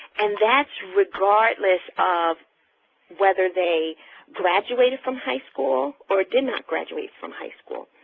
and that's regardless of whether they graduated from high school or did not graduate from high school,